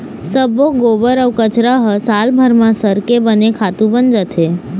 सब्बो गोबर अउ कचरा ह सालभर म सरके बने खातू बन जाथे